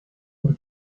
por